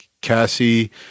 Cassie